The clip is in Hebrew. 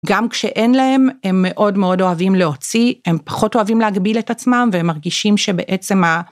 גם כשאין להם הם מאוד מאוד אוהבים להוציא, הם פחות אוהבים להגביל את עצמם והם מרגישים שבעצם ה...